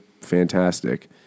fantastic